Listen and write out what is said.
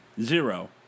Zero